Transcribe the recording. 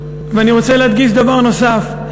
אני רוצה להדגיש דבר נוסף.